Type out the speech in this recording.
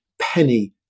penny